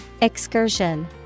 Excursion